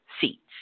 seats